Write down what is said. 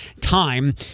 time